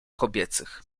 kobiecych